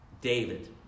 David